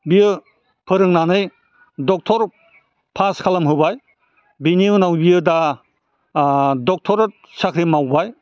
बियो फोरोंनानै doctor pass खालामहोबाय बिनि उनाव बियो दा डक्ट'र साख्रि मावबाय